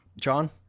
John